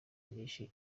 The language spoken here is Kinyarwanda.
nyinshi